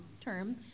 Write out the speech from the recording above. term